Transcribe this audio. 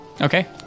Okay